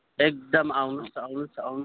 एकदम आउनुहोस् आउनुहोस् आउनु